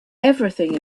everything